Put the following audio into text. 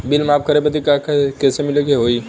Bill माफ करे बदी कैसे मिले के होई?